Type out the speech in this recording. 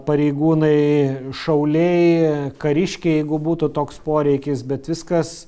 pareigūnai šauliai kariškiai jeigu būtų toks poreikis bet viskas